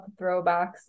throwbacks